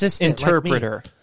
interpreter